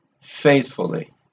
faithfully